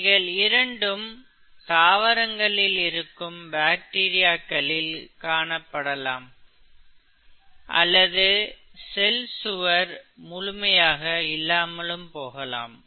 இவைகள் இரண்டும் தாவரங்களில் இருக்கும் பாக்டீரியாக்களில் காணப்படலாம் அல்லது செல் சுவர் முழுமையாக இல்லாமலும் போகலாம்